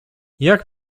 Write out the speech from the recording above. jak